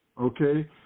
Okay